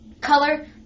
color